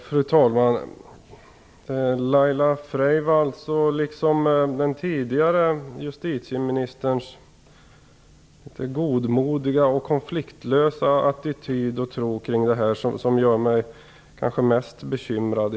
Fru talman! Laila Freivalds, liksom den tidigare justitieministerns, godmodiga och aningslösa attityd är kanske det som gör mig mest bekymrad.